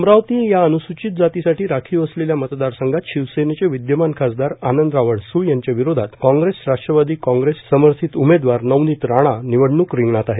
अमरावती या अनुयूचित जातीसाठी राखीव असलेल्या मतदारसंघात शिवसेनेचे विद्यमान खासदार आनंदराव अडसूळ यांच्या विरोधात काँग्रेस राष्ट्रवादी काँग्रेस समर्थित उमेदवार नवनीत राणा निवडणूक रिंगणात आहेत